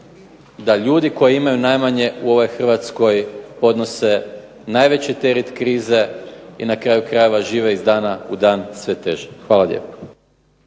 da ljudi koji imaju najmanje u ovoj Hrvatskoj podnose najveći teret krize i na kraju krajeva žive iz dana u dan sve teže. Hvala lijepo.